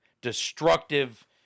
destructive